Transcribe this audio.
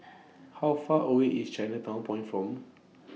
How Far away IS Chinatown Point from